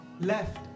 left